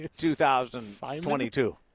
2022